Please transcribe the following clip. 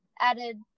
added